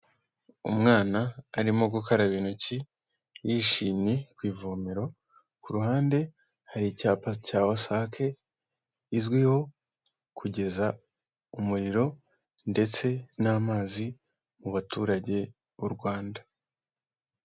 Umwana arimo gukaraba intoki, yishimye ku ivomero, ku ruhande hari icyapa cya WASAC izwiho kugeza umuriro ndetse n'amazi mu baturage b'u Rwanda.